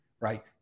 right